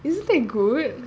isn't that good